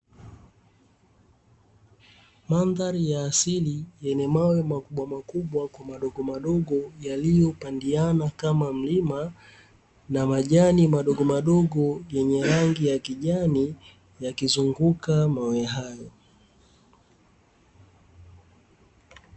Mandhari ya asili yenye mawe makubwamakubwa kwa madogomadogo yaliyopandiana, kama mlima na majani madogomadogo yenye rangi ya kijani yakizunguka mawe hayo.